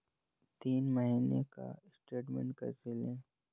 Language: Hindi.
तीन महीने का स्टेटमेंट कैसे लें?